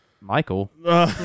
Michael